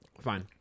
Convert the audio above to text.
fine